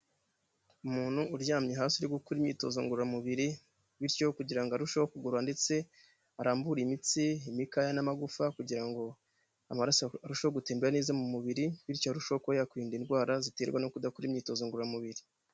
Umuntu uryamye hasi uri gukora imyitozo ngororamubiri, bityo kugira ngo arusheho kugorora ndetse arambure imitsi, imikaya n'amagufa kugira ngo amaraso arusheho gutembera neza mu mubiri, bityo arusheho kuba yakwirinda indwara ziterwa no kudakora imyitozo ngororamubiri.